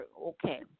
Okay